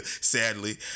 sadly